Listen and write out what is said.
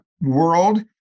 world